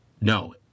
no